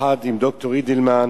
יחד עם ד"ר אידלמן,